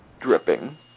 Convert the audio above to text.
dripping